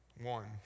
One